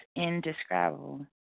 indescribable